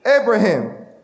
Abraham